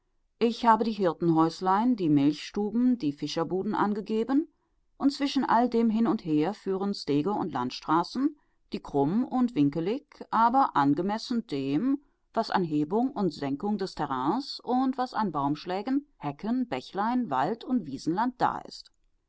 ich habe die hirtenhäuslein die milchstuben die fischerbuden angegeben und zwischen all dem hin und her führen stege und landstraßen alle krumm und winkelig aber angemessen dem was an hebung und senkung des terrains und was an baumschlägen hecken bächlein wald und wiesenland da ist